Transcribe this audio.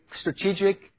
strategic